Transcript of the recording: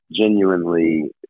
genuinely –